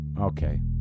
Okay